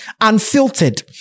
unfiltered